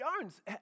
Jones